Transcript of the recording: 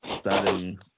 studying